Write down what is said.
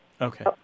Okay